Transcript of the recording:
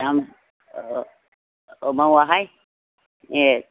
दाम मावाहाय एह